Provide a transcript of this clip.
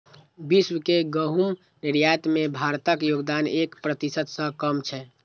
विश्व के गहूम निर्यात मे भारतक योगदान एक प्रतिशत सं कम छै